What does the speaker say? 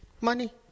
money